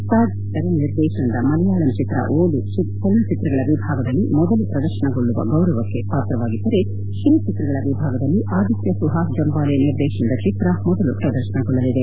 ಸಾಜಿ ಕರುಣ್ ನಿರ್ದೇಶನದ ಮಲೆಯಾಳಂ ಚಿತ್ರ ಓಲು ಚಲನಚಿತ್ರಗಳ ವಿಭಾಗದಲ್ಲಿ ಮೊದಲು ಪ್ರದರ್ಶನಗೊಳ್ಳುವ ಗೌರವಕ್ಕೆ ಪಾತ್ರವಾಗಿದ್ಲರೆ ಕಿರು ಚಿತ್ರಗಳ ವಿಭಾಗದಲ್ಲಿ ಆದಿತ್ನ ಸುಹಾಸ್ ಜಂಬಾಲೆ ನಿರ್ದೇಶನದ ಚಿತ್ರ ಮೊದಲು ಪ್ರದರ್ಶನಗೊಳ್ಳಲಿದೆ